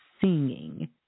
singing